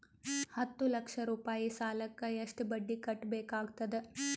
ಹತ್ತ ಲಕ್ಷ ರೂಪಾಯಿ ಸಾಲಕ್ಕ ಎಷ್ಟ ಬಡ್ಡಿ ಕಟ್ಟಬೇಕಾಗತದ?